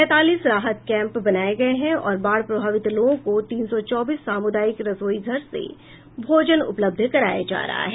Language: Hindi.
पैंतालीस राहत कैंप बनाए गए हैं और बाढ़ प्रभावित लोगों को तीन सौ चौबीस सामुदायिक रसोई घर से भोजन उपलब्ध कराया जा रहा है